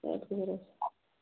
اچھا